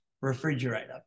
refrigerator